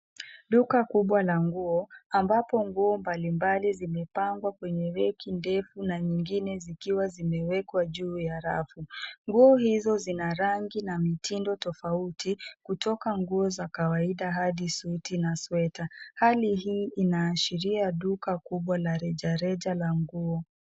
Duka kubwa la nguo ambapo nguo mbalimbali zimepangwa kwenye reki ndefu na nyingine zikiwa zimewekwa juu ya rafu. Nguo hizo zina rangi na mitindo tofauti kutoka nguo za kawaida hadi suti na sweta. Hali hii inaashiria duka kubwa la rejareja la nguo.